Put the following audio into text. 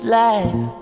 life